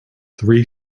three